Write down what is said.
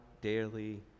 daily